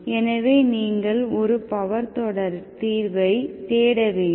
எனவே நீங்கள் ஒரு பவர் தொடர் தீர்வை தேட வேண்டும்